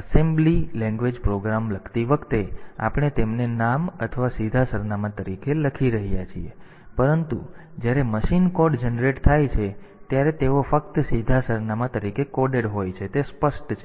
assembly language પ્રોગ્રામમાં લખતી વખતે આપણે તેમને નામ અથવા સીધા સરનામા તરીકે લખી રહ્યા છીએ પરંતુ જ્યારે મશીન કોડ જનરેટ થાય છે ત્યારે તેઓ ફક્ત સીધા સરનામાં તરીકે કોડેડ હોય છે તે સ્પષ્ટ છે